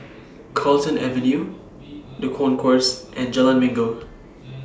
Carlton Avenue The Concourse and Jalan Minggu